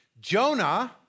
Jonah